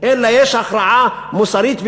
אלא יש הכרעה מוסרית,